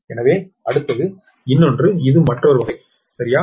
எனவே அடுத்தது இன்னொன்று இது மற்றொரு வகை சரியா